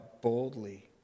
boldly